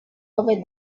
over